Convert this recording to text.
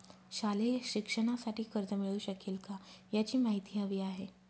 शालेय शिक्षणासाठी कर्ज मिळू शकेल काय? याची माहिती हवी आहे